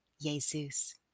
Jesus